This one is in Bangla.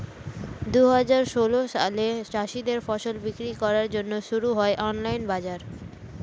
দুহাজার ষোল সালে চাষীদের ফসল বিক্রি করার জন্যে শুরু হয় অনলাইন বাজার